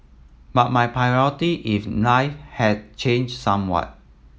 but my priority in life have changed somewhat